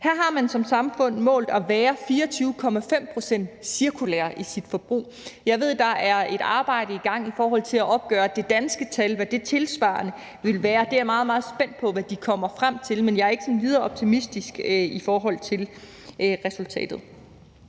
Her har man som samfund målt at være 24,5 pct. cirkulær i sit forbrug. Jeg ved, der er et arbejde i gang i forhold til at opgøre, hvad det danske tal tilsvarende vil være. Jeg er meget, meget spændt på, hvad de kommer frem til, men jeg er ikke sådan videre optimistisk i forhold til resultatet.